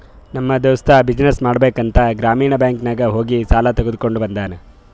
ನಮ್ ದೋಸ್ತ ಬಿಸಿನ್ನೆಸ್ ಮಾಡ್ಬೇಕ ಅಂತ್ ಗ್ರಾಮೀಣ ಬ್ಯಾಂಕ್ ನಾಗ್ ಹೋಗಿ ಸಾಲ ತಗೊಂಡ್ ಬಂದೂನು